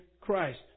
Christ